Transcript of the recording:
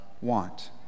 want